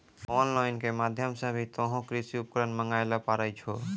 on line के माध्यम से भी तोहों कृषि उपकरण मंगाय ल पारै छौ